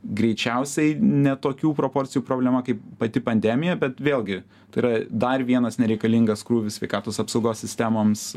greičiausiai ne tokių proporcijų problema kaip pati pandemija bet vėlgi tai yra dar vienas nereikalingas krūvis sveikatos apsaugos sistemoms